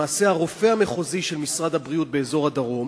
למעשה, הרופא המחוזי של משרד הבריאות באזור הדרום